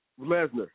Lesnar